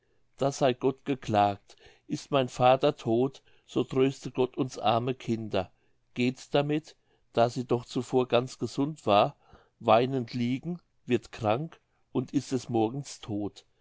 das sey gott geklagt ist mein vater todt so tröste gott uns arme kinder geht damit da sie doch zuvor ganz gesund war weinend liegen wird krank und ist des morgens todt